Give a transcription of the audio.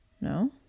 No